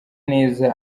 neza